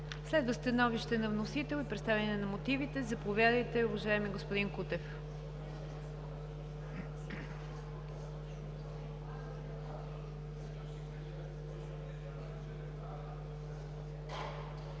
Следва становище на вносител и представяне на мотивите. Заповядайте, уважаеми господин Кутев.